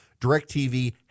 DirecTV